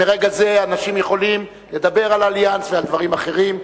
מרגע זה אנשים יכולים לדבר על "אליאנס" ועל דברים אחרים.